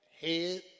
head